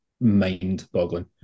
mind-boggling